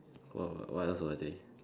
wha~ what would I take